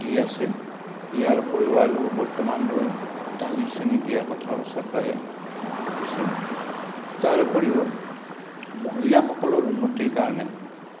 দি আছে ইয়াৰ উপৰিও আৰু বৰ্তমান লৈ দালি চেনি দিয়াৰ কথাও চৰকাৰে ভাবিছে তাৰ উপৰিও মহিলাসকলৰ উন্নতিৰ কাৰণে